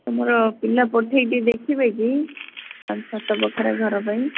ତ ମୋର ପିଲା ପଠେଇକି ଦେଖିବେ କି ପାଞ୍ଚ ସାତ ବଖରା ଘର ପାଇଁ